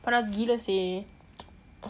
panas gila seh